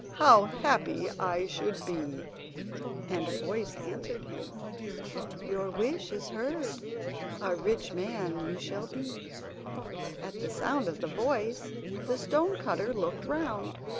how happy i should be and a voice answered him your wish is heard a rich man you shall be at the sound of the voice the stone-cutter looked round,